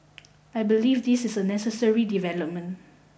I believe this is a necessary development